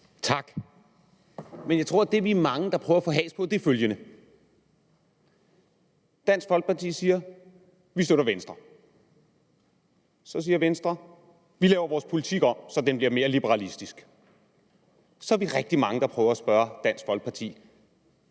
Tak. Jeg tror, at det, som vi er mange der prøver at få has på, er følgende: Dansk Folkeparti siger, at de støtter Venstre. Så siger Venstre: Vi laver vores politik om, så den bliver mere liberalistisk. Så er vi rigtig mange, der prøver at spørge Dansk Folkeparti: